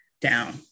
down